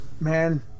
man